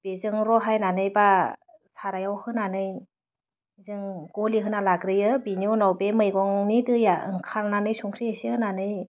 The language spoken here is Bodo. बेजों रहायनानै बा साराइयाव होनानै जों गलिहोना लाग्रोयो बिनि उनाव बे मैगंनि दैआ ओंखारनानै संख्रि एसे होनानै